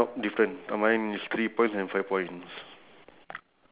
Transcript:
two towels were hanging okay